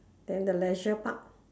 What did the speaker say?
then the leisure park